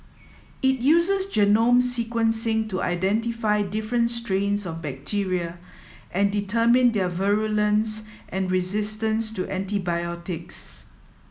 it uses genome sequencing to identify different strains of bacteria and determine their virulence and resistance to antibiotics